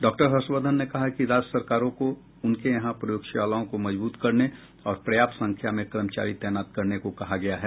doctor Harshvardhan ने कहा कि राज्य सरकारों को उनके यहां प्रयोगशालाओं को मजबूत करने और पर्याप्त संख्या में कर्मचारी तैनात करने को कहा गया है